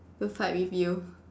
to fight with you